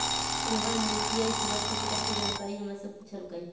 रोहन ने यू.पी.आई सेवा शुरू करे के जानकारी हमरा से पूछल कई